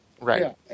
Right